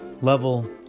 level